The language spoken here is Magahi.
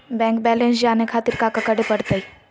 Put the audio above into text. बैंक बैलेंस जाने खातिर काका करे पड़तई?